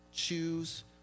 Choose